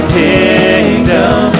kingdom